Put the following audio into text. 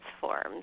forms